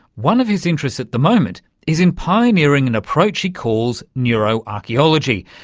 one of his interests at the moment is in pioneering an approach he calls neuro-archaeology,